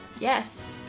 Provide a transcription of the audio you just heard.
Yes